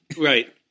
Right